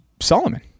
Solomon